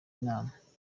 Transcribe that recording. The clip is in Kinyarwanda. nama